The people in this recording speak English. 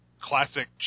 classic